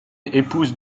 épouse